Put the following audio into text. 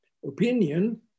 opinion